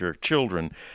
children